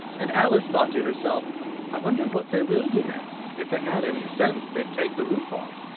and alice thought to herself i wonder what they will do next! if they had any sense, they'd take the roof off.